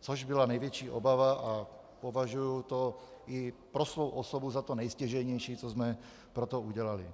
což byla největší obava, a považuji to i pro svou osobu za to nestěžejnější, co jsme pro to dělali.